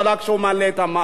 כשהוא מעלה את המע"מ?